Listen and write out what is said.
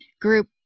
group